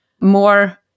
more